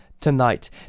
tonight